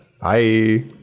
Bye